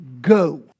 go